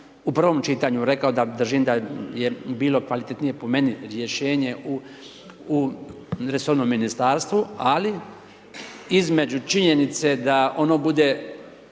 u prvom čitanju, rekao da držim da je bilo kvalitetnije po meni rješenje u resornom Ministarstvu, ali između činjenice da ono bude